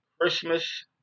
Christmas